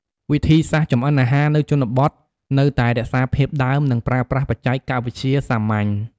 វិធីសាស្ត្រចម្អិនអាហារនៅជនបទនៅតែរក្សាភាពដើម និងប្រើប្រាស់បច្ចេកវិទ្យាសាមញ្ញ។